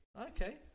Okay